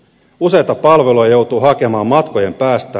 useita palveluja joutuu hakemaan matkojen päästä